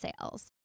sales